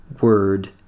word